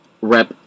Rep